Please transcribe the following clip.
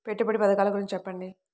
పెట్టుబడి పథకాల గురించి చెప్పండి?